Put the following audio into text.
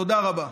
תודה רבה.